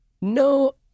no